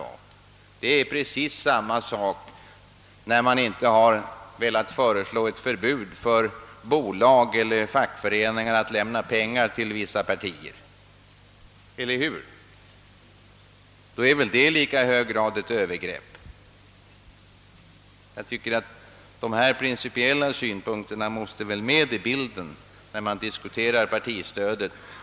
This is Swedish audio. Det är precis samma sak som när man inte velat föreslå ett förbud för bolag eller fackföreningar att lämna pengar till vissa partier — då är väl detta i lika hög grad ett övergrepp. Jag tycker att dessa principiella synpunkter måste vara med när man diskuterar partistödet.